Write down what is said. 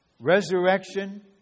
Resurrection